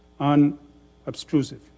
unobtrusive